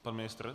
Pan ministr?